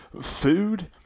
food